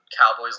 Cowboys